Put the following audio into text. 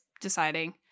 deciding